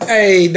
Hey